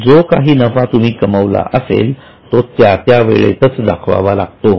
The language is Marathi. जो काही नफा तुम्ही कमावलेला असेल तो त्या त्या वेळेतच दाखवावा लागतो